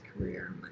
Career